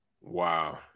Wow